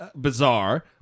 bizarre